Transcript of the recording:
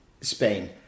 Spain